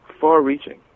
far-reaching